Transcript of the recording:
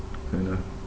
ya lah